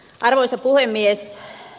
arvoisa puhemies